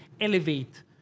elevate